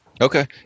Okay